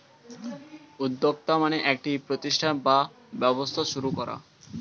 উদ্যোক্তা মানে একটি প্রতিষ্ঠান বা ব্যবসা শুরু করা